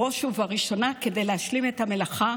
בראש ובראשונה כדי להשלים את המלאכה